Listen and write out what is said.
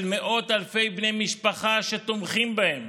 של מאות אלפי בני משפחה שתומכים בהם.